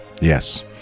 Yes